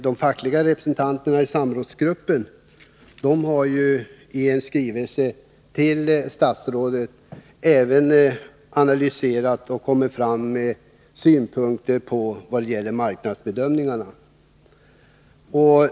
De fackliga representanterna i samrådsgruppen har ju i en skrivelse till statsrådet även analyserat situationen och lagt fram synpunkter i fråga om marknadsbedömningarna.